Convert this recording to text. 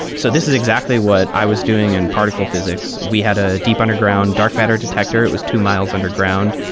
so this is exactly what i was doing in particle physics. we had a deep underground dark matter detector. it was two miles underground.